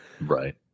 Right